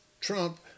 Trump